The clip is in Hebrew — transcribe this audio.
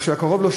או שהקרוב לו,